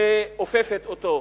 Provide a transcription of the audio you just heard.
שאופפת אותו.